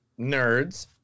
nerds